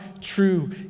true